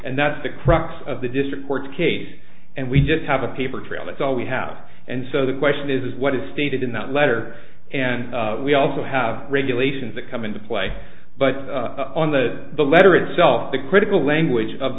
and that's the crux of the district court case and we just have a paper trail that's all we have and so the question is what is stated in that letter and we also have regulations that come into play but on the letter itself the critical language of